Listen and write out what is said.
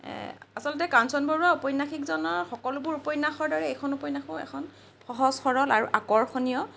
আচলতে কাঞ্চন বৰুৱা ঔপন্যাসিকজনৰ সকলো উপন্যাসৰ দৰে এইখন উপন্যাসো এখন সহজ সৰল আৰু আকৰ্ষণীয়